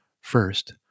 First